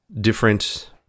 different